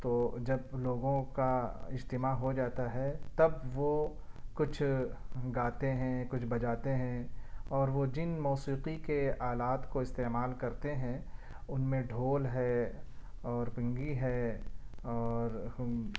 تو جب لوگوں کا اجتماع ہو جاتا ہے تب وہ کچھ گاتے ہیں کچھ بجاتے ہیں اور وہ جن موسیقی کے آلات کو استعمال کرتے ہیں ان میں ڈھول ہے اور پنگی ہے اور